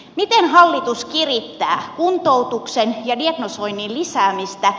miten hallitus kirittää kuntoutuksen ja diagnosoinnin lisäämistä